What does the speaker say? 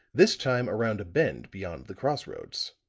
this time around a bend beyond the cross-roads.